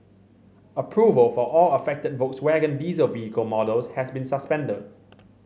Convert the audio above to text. approval for all affected Volkswagen diesel vehicle models has been suspended